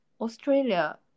Australia